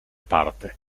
parte